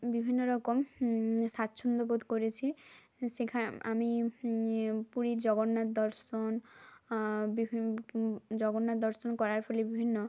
বিভিন্ন রকম স্বাচ্ছন্দ্য বোধ করেছি সেখা আমি পুরীর জগন্নাথ দর্শন বিভি জগন্নাথ দর্শন করার ফলে বিভিন্ন